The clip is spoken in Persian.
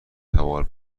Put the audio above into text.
هوار